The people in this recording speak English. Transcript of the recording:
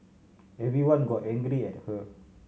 everyone got angry at her